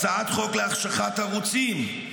הצעת חוק להחשכת ערוצים,